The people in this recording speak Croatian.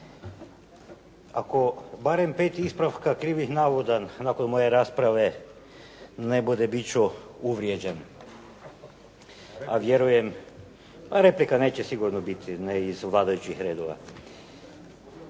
Ako barem 5 ispravka krivih navoda nakon moje rasprave ne bude, biti ću uvrijeđen, a vjerujem, a replika neće sigurno biti, ne iz vladajućih redova.